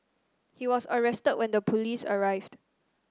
he was arrested when the police arrived